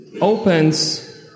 opens